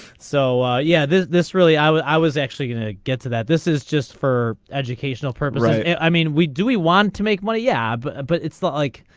so yeah this is this really i was i was actually gonna get to that this is just for educational purpose right. yeah i mean we do we want to make money yeah but but it's not like.